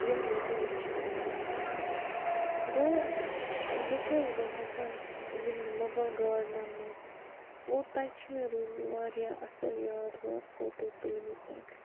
یِم ییٚتہِ وُچھِنۍ لایق چھِ گوٚو ٲں بہٕ چھیٚس گٔمٕژ یِمنٕے مۄغل گارڈنَن منٛز گوٚو تَتہِ چھِ مےٚ روٗدۍ مِتۍ واریاہ اصٕل یادگار فوٹو تُلۍ مِتۍ تَتہِ